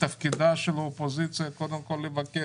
ותפקידה של האופוזיציה הוא קודם כל לבקר.